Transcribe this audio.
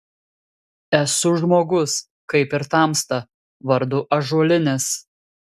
esu žmogus kaip ir tamsta vardu ąžuolinis